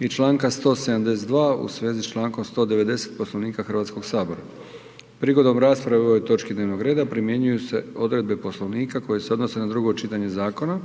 i članka 172. Poslovnika Hrvatskoga sabora. Prigodom rasprave o ovoj točki dnevnoga reda primjenjuju se odredbe Poslovnika koje se odnose na prvo čitanje zakona.